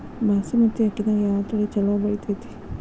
ಬಾಸುಮತಿ ಅಕ್ಕಿದಾಗ ಯಾವ ತಳಿ ಛಲೋ ಬೆಳಿತೈತಿ?